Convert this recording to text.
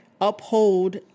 uphold